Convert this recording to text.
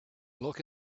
look